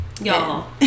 y'all